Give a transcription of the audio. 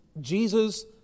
Jesus